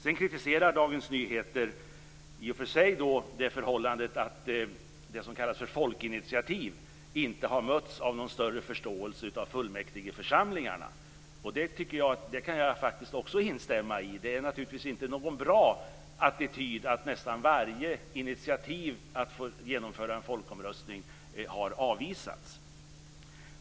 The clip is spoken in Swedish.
Sedan kritiserar Dagens Nyheter det förhållandet att det som kallas för folkinitiativ inte har mötts av någon större förståelse av fullmäktigeförsamlingarna. Det kan jag faktiskt också instämma i. Det är naturligtvis inte någon bra attityd att nästan varje initiativ för att få genomföra en folkomröstning har avvisats.